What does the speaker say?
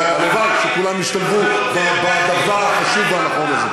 הלוואי שכולם ישתלבו בדבר החשוב והנכון הזה.